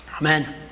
Amen